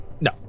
No